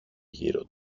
γύρω